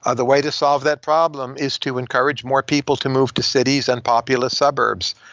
ah the way to solve that problem is to encourage more people to move to cities and populous suburbs.